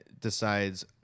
decides